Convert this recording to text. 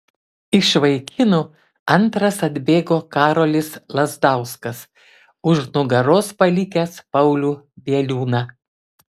iš vaikinų antras atbėgo karolis lazdauskas už nugaros palikęs paulių bieliūną